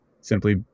simply